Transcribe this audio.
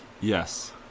Yes